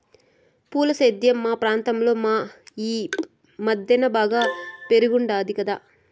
పూల సేద్యం మా ప్రాంతంలో ఈ మద్దెన బాగా పెరిగుండాది కదా